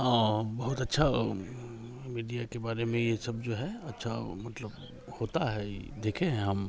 हाँ बहुत अच्छा मीडिया के बारे में ये सब जो है अच्छा मतलब होता है देखे हैं हम